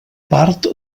part